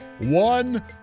one